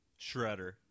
Shredder